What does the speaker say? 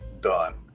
done